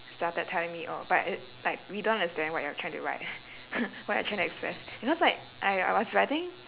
started telling me oh but uh like we don't understand what you're trying to write what you're trying to express you know it's like I I was writing